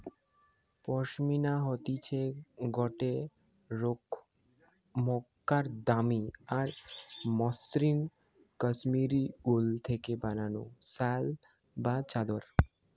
পশমিনা হতিছে গটে রোকমকার দামি আর মসৃন কাশ্মীরি উল থেকে বানানো শাল বা চাদর